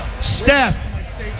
Steph